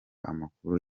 amakuru